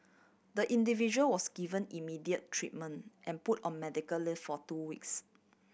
the individual was given immediate treatment and put on medical leave for two weeks